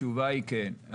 התשובה היא כן.